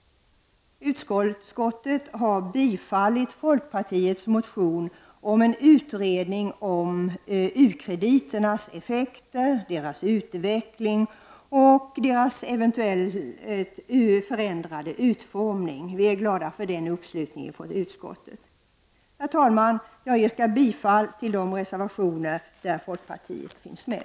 Utskottet har tillstyrkt folkpartiets motion om en utredning av u-krediternas effekter, deras utveckling och deras eventuella förändrade utformning. Vi är glada för den uppslutningen från utskottet. Herr talman! Jag yrkar bifall till de reservationer där folkpartiet finns med.